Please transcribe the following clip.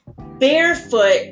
barefoot